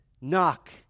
knock